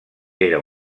era